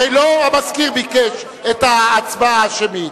הרי לא המזכיר ביקש את ההצבעה השמית.